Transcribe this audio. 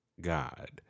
God